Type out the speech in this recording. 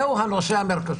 זהו הנושא המרכזי.